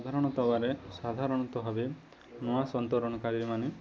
ସାଧାରଣତଃ ଭାବରେ ସାଧାରଣତଃ ଭାବେ ନୂଆ ସନ୍ତରଣକାରୀମାନେ